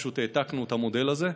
ופשוט העתקנו את המודל הזה,